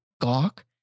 Gawk